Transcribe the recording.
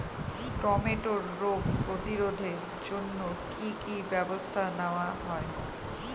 টমেটোর রোগ প্রতিরোধে জন্য কি কী ব্যবস্থা নেওয়া হয়?